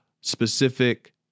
specific